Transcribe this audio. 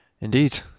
Indeed